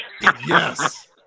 Yes